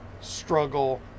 struggle